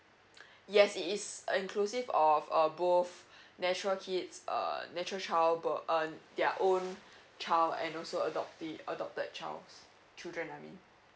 yes it is uh inclusive of uh both natural kids err natural child bi~ uh their own child and also adopti~ adopted childs children I mean